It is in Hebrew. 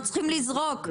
לא צריכים לזרוק.